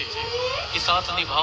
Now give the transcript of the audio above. आपण कोणत्या फुलांची शेती करता?